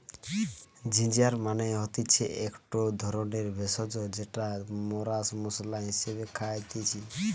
ginger মানে হতিছে একটো ধরণের ভেষজ যেটা মরা মশলা হিসেবে খাইতেছি